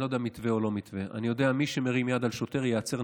ואני לא יודע מתווה או לא מתווה: אני יודע שמי שמרים יד על שוטר ייעצר.